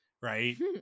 Right